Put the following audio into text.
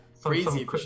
Crazy